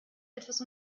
etwas